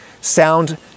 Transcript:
sound